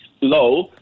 low